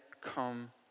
come